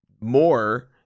more